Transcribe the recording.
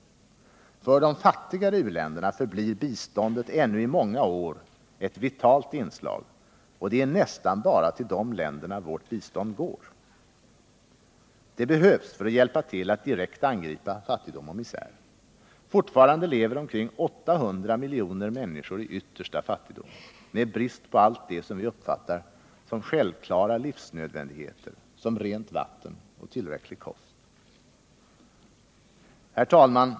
För de fattigaste u-länderna förblir biståndet ännu i många år ett vitalt inslag, och det är nästan bara till dessa länder vårt bistånd går. Det behövs för att hjälpa till att direkt angripa fattigdom och misär. Fortfarande lever omkring 800 miljoner människor i yttersta fattigdom, med brist på allt det som vi uppfattar som självklara livsnödvändigheter, som rent vatten och tillräcklig kost. Herr talman!